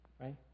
Right